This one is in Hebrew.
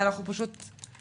אנחנו פשוט בחגים,